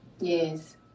Yes